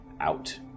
out